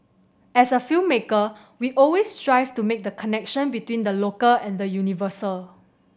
as a filmmaker we always strive to make the connection between the local and the universal